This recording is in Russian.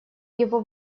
его